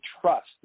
trust